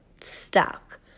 stuck